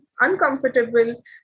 uncomfortable